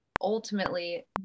ultimately